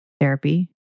therapy